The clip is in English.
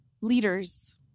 leaders